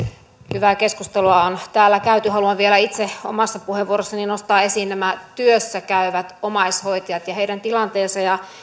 hyvää keskustelua on täällä käyty haluan vielä itse omassa puheenvuorossani nostaa esiin nämä työssä käyvät omaishoitajat ja heidän tilanteensa